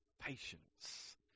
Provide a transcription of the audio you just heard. Patience